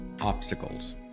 obstacles